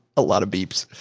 a lot of beeps,